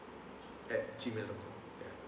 at G mail dot com ya